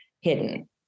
hidden